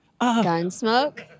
Gunsmoke